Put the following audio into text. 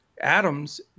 Adams